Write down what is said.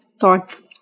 thoughts